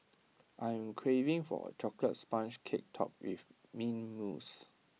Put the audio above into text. I am craving for A Chocolate Sponge Cake Topped with Mint Mousse